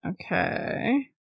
Okay